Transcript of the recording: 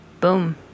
boom